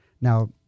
Now